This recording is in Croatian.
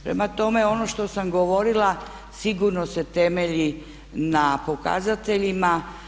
Prema tome ono što sam govorila sigurno se temelji na pokazateljima.